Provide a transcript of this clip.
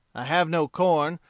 i have no corn,